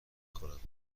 کنم